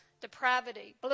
depravity